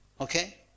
Okay